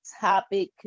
topic